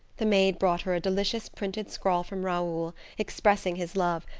the maid brought her a delicious printed scrawl from raoul, expressing his love,